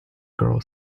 girl